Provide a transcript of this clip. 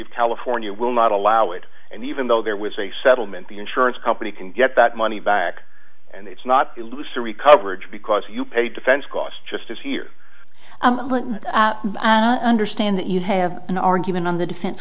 of california will not allow it and even though there was a settlement the insurance company can get that money back and it's not illusory coverage because you pay defense costs just as here understand that you have an argument on the